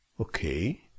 Okay